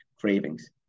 cravings